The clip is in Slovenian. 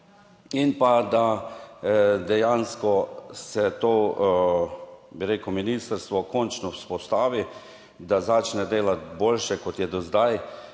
In pa, da dejansko se to, bi rekel ministrstvo končno vzpostavi. Da začne delati boljše kot je do zdaj,